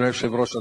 אדוני היושב-ראש,